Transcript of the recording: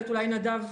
הגב'